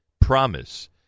promise